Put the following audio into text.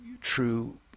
true